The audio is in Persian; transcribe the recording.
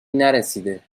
نرسیده